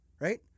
right